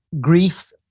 grief